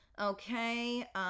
okay